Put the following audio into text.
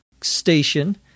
station—